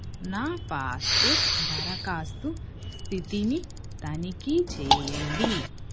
నా పాస్పోర్ట్ దరఖాస్తు స్థితిని తనిఖీ చెయ్యండి